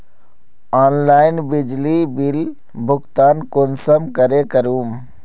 Online बिजली bill भुगतान कुंसम करे करूम?